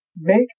make